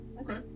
Okay